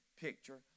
picture